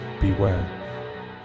Beware